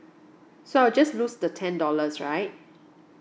so I'll just lose the ten dollars right